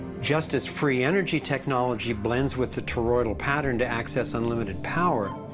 just as free energy technology blends with the toroidal pattern to access unlimited power,